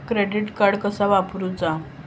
Credit card कसा वापरूचा?